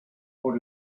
por